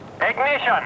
Ignition